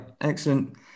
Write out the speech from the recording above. excellent